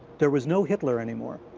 there was no hitler anymore.